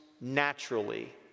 naturally